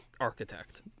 architect